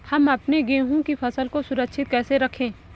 हम अपने गेहूँ की फसल को सुरक्षित कैसे रखें?